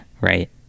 right